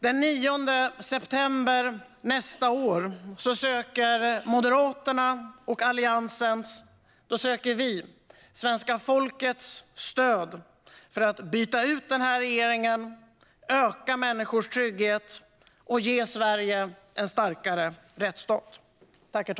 Den 9 september nästa år söker Moderaterna och Alliansen svenska folkets stöd för att byta ut den här regeringen, öka människors trygghet och ge Sverige en starkare rättsstat.